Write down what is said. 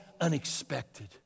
unexpected